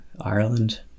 Ireland